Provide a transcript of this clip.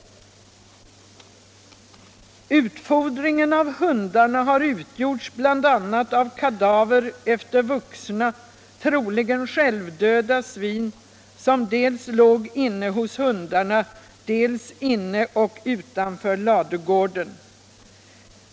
”Utfodringen av hundarna har utgjorts bl.a. av kadaver efter vuxna, troligen självdöda svin, som dels låg inne hos hundarna, dels inne i och utanför ladugården.